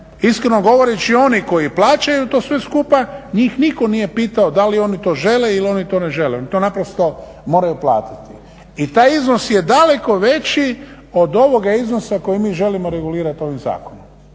Iskreno govoreći oni koji plaćaju to sve skupa, njih nitko nije pitao da li oni to žele ili oni to ne žele, oni to naprosto moraju platiti. I taj iznos je daleko veći od ovoga iznosa koji mi želimo regulirati ovim zakonom.